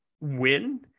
win